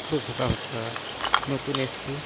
খুব উপকার হতো দাদা নতুন এসেছি